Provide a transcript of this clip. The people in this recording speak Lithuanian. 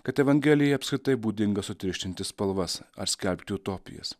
kad evangelijai apskritai būdinga sutirštinti spalvas ar skelbti utopijas